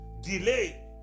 Delay